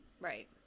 right